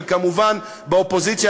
וכמובן באופוזיציה,